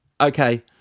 okay